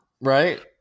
right